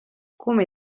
come